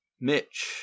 Mitch